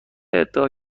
ادا